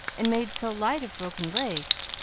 and made so light of broken legs,